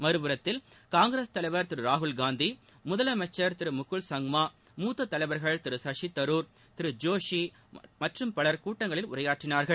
மறுபுறத்தில் காங்கிரஸ் தலைவர் திரு ராகுல்காந்தி முதலமைச்சர் திரு முகுல் சங்மா மூத்த தலைவர்கள் திரு சஷி தருர் திரு ஜோஷி மற்றும் பலர் கூட்டங்களில் உரையாற்றினார்கள்